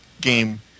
game